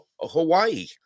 Hawaii